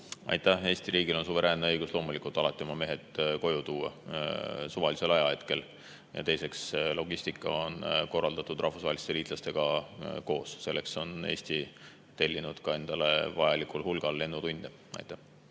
Aitäh! Eesti riigil on suveräänne õigus loomulikult oma mehed suvalisel ajahetkel koju tuua. Ja teiseks, logistika on korraldatud rahvusvaheliste liitlastega koos. Selleks on Eesti tellinud endale vajalikul hulgal lennutunde. Aitäh!